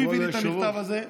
שהביא לי את המכתב הזה,